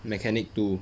mechanic two